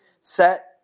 set